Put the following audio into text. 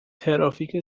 ترافیک